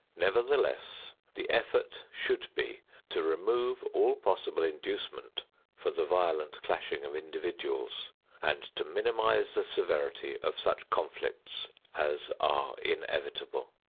nevertheless, the effort should be to remove all possible inducement for the violent clashing of individuals and to minimize the severity of such conflicts as are inevitable.